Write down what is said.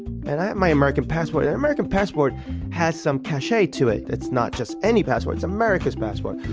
and i had my american passport. an american passport has some cache to it. it's not just any passport, it's america's passport.